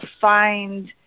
find